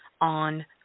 on